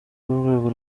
w’urwego